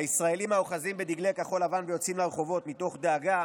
הישראלים האוחזים בדגלי כחול-לבן ויוצאים לרחובות מתוך דאגה